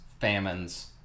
famines